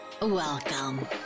welcome